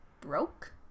broke